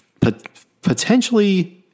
Potentially